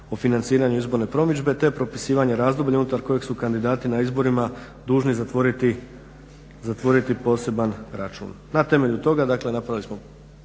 o financiranju izborne promidžbe te propisivanje razdoblja unutar kojeg su kandidati na izborima dužni zatvoriti poseban račun. Na temelju toga dakle napravili smo